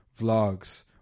Vlogs